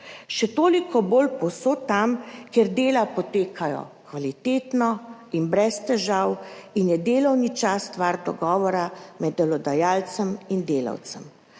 še toliko bolj povsod tam, kjer delo poteka kvalitetno in brez težav in je delovni čas stvar dogovora med delodajalcem in delavcem.